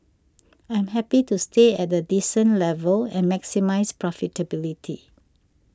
I'm happy to stay at a decent level and maximise profitability